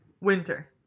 Winter